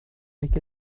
make